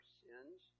sins